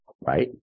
right